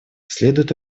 следует